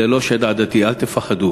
זה לא שד עדתי, אל תפחדו.